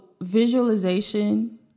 visualization